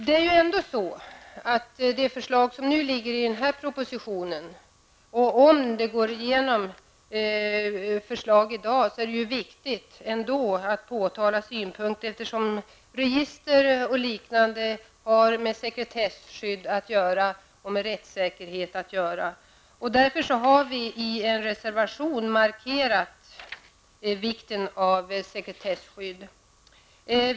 Om förslaget i den föreliggande propositionen går igenom är det viktigt att framhålla att register och liknande har med sekretesskydd och rättssäkerhet att göra. Därför har vi i en reservation markerat vikten av sekretesskydd.